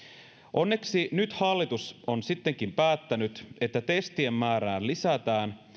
onneksi nyt hallitus on sittenkin päättänyt että testien määrää lisätään